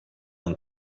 non